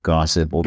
Gossip